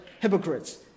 hypocrites